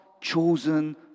chosen